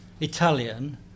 Italian